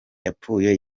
yapfuye